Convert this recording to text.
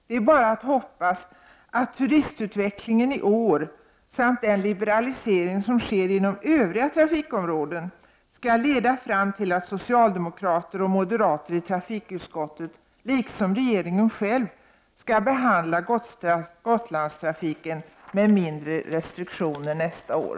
Det är bara att hoppas att turistutvecklingen i år samt den liberalisering som sker inom övriga trafikområden skall leda fram till att socialdemokrater och moderater i trafikutskottet liksom regeringen själv behandlar Gotlandstrafiken med färre restriktioner nästa år.